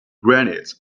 granite